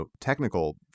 technical